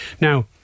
Now